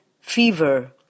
fever